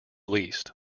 leased